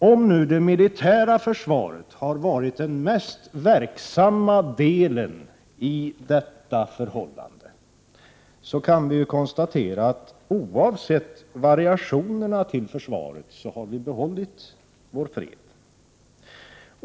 Om nu det militära försvaret har varit den mest verksamma faktorn bakom detta förhållande, har vi ändå oavsett variationerna i anslag till försvaret behållit vår fred.